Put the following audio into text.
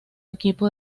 equipo